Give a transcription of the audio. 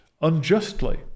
unjustly